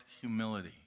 humility